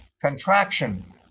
contraction